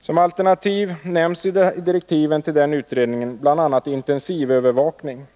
Som alternativ nämns i direktiven till denna kommitté bl.a. intensivövervakning.